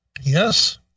Yes